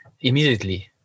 immediately